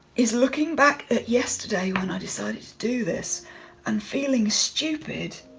is looking back at yesterday when i decided to do this and feeling stupid,